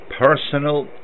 personal